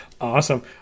awesome